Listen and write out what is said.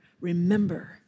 remember